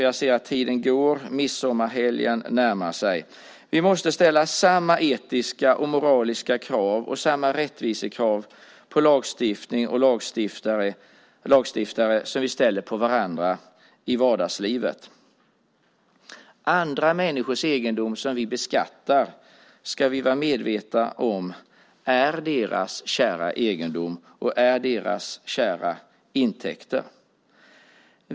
Jag ser att tiden går, och midsommarhelgen närmar sig. Vi måste ställa samma etiska och moraliska krav och samma rättvisekrav på lagstiftning och lagstiftare som vi ställer på varandra i vardagslivet. Vi ska vara medvetna om att andra människors egendom, som vi beskattar, är deras kära egendom, och det är deras kära intäkter.